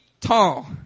tall